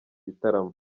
gitaramo